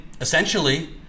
essentially